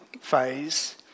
phase